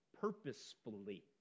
purposefully